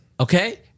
Okay